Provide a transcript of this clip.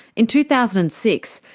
in two thousand and six,